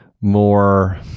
more